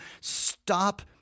stop